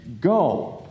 go